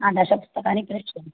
हा दशपुस्तकानि प्रेषयतु